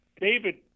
David